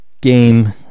game